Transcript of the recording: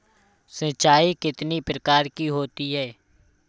सिंचाई कितनी प्रकार की होती हैं?